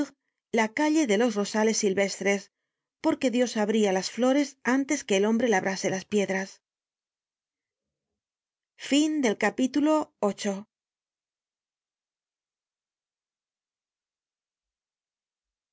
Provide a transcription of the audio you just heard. la calle de los rosales silvestres porque dios abría las flores antes que el hombre labrase las piedras